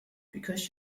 because